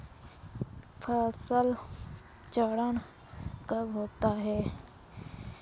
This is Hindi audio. फसल चक्रण कब होता है?